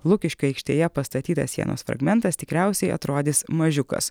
lukiškių aikštėje pastatytas sienos fragmentas tikriausiai atrodys mažiukas